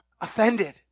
offended